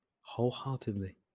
wholeheartedly